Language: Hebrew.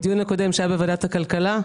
בדיון הקודם בוועדת הכלכלה,